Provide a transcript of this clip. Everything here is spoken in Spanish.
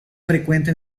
frecuente